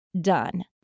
done